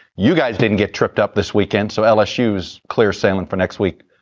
you guys didn't get tripped up this weekend. so lsu is clear sailing for next week,